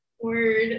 Word